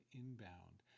inbound